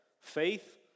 faith